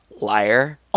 liar